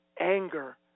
anger